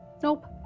nope.